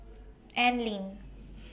Anlene